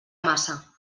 massa